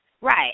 Right